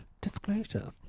Disclosure